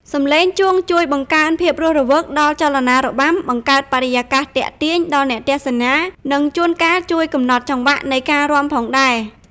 សំឡេងជួងជួយបង្កើនភាពរស់រវើកដល់ចលនារបាំ បង្កើតបរិយាកាសទាក់ទាញដល់អ្នកទស្សនា និងជួនកាលជួយកំណត់ចង្វាក់នៃការរាំផងដែរ។